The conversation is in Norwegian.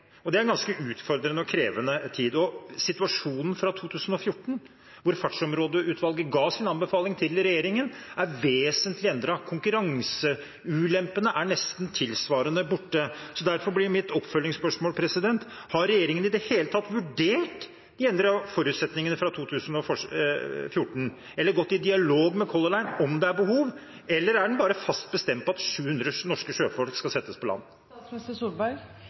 Det er ganske utfordrende og krevende. Situasjonen fra 2014, hvor fartsområdeutvalget ga sin anbefaling til regjeringen, er vesentlig endret. Konkurranseulempene er nesten tilsvarende borte. Derfor blir mitt oppfølgingsspørsmål: Har regjeringen i det hele tatt vurdert de endrede forutsetningene fra 2014, eller gått i dialog med Color Line om det er behov, eller er den bare fast bestemt på at 700 norske sjøfolk skal settes på land?